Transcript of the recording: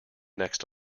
next